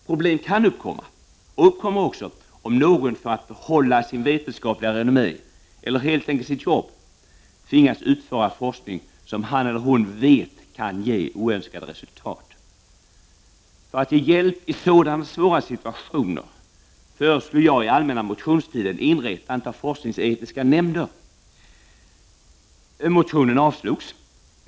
Problem kan uppkomma, och uppkommer också, när någon för att behålla sitt vetenskapliga renommé eller helt enkelt sitt jobb tvingas utföra forskning som han eller hon vet kan ge oönskade resultat. För att ge hjälp i sådana svåra situationer föreslog jag under allmänna motionstiden inrättandet av forskningsetiska nämnder. Motionen avslogs.